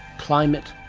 climate,